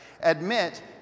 admit